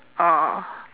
orh orh orh